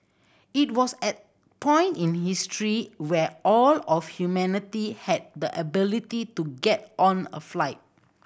it was at point in history where all of humanity had the ability to get on a flight